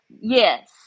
yes